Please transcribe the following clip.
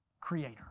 creator